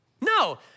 No